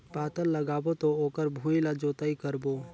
पातल लगाबो त ओकर भुईं ला जोतई करबो?